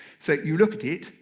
so you look at it.